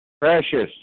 Precious